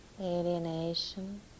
alienation